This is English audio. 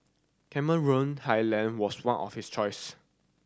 Cameron Highland was one of his choice